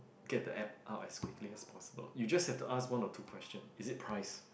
get the app out as quickly as possible you just have to ask one or two question is it price